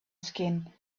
skin